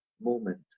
moment